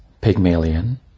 Pygmalion